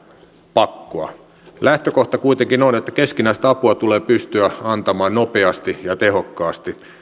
pakkoa lähtökohta kuitenkin on että keskinäistä apua tulee pystyä antamaan nopeasti ja tehokkaasti